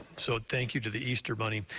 so thank you to the easter bunny.